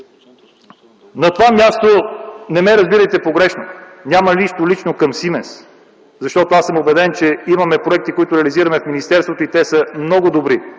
На това място, не ме разбирайте погрешно, нямам нищо лично към „Сименс”, защото аз съм убеден, че имаме проекти, които реализираме в министерството и те са много добри,